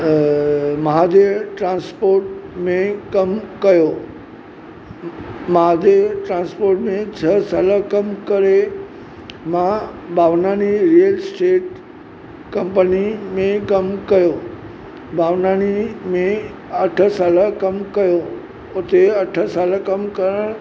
अ अ महादेव ट्रांस्पोर्ट में कमु कयो महादेव ट्रांस्पोर्ट में छ्ह साल कमु करे मां भावनाणी रिअल स्टेट कंपनी में कमु कयो भावनाणी में अठ साल कमु कयो उते अठ साल कमु करण